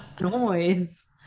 noise